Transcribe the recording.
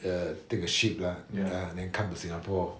the take the ship lah ya then came to singapore